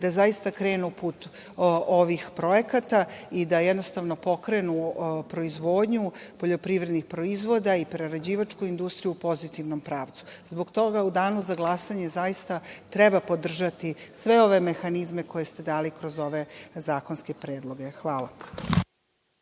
da zaista krenu put ovih projekata i da jednostavno pokrenu proizvodnju poljoprivrednih proizvoda i prerađivačku industriju u pozitivnom pravcu. Zbog toga, u Danu za glasanje, zaista, treba podržati sve ove mehanizme koje ste dali kroz ove zakonske predloge. Hvala.